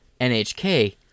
NHK